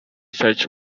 such